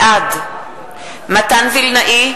בעד מתן וילנאי,